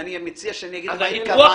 אני מציע שנגיד מה התכוונו.